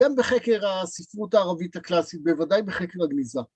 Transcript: ‫גם בחקר הספרות הערבית הקלאסית, ‫בוודאי בחקר הגניזה.